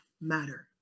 matter